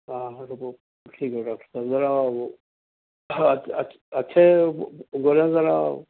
ہاں ہاں ٹھیک ہے ڈاکٹر صاحب ذرا وہ اچھے بولیں ذرا